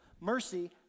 Mercy